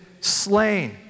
slain